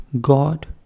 God